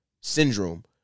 syndrome